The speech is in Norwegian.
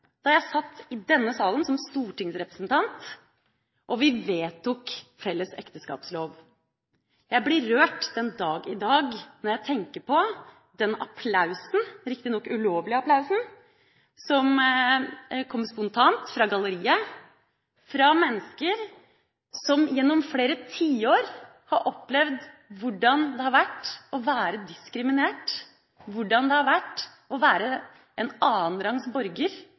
da jeg satt i denne salen som stortingsrepresentant og vi vedtok felles ekteskapslov. Jeg blir rørt den dag i dag når jeg tenker på den applausen – riktignok ulovlig applaus – som kom spontant fra galleriet fra mennesker som gjennom flere tiår har opplevd hvordan det har vært å være diskriminert, hvordan det har vært å være en annenrangs og til og med «forbudt» borger.